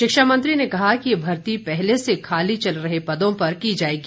शिक्षा मंत्री ने कहा कि ये भर्ती पहले से खाली चल रहे पदों पर की जाएगी